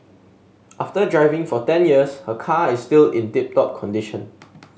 after driving for ten years her car is still in tip top condition